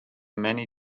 many